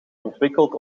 ontwikkeld